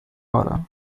order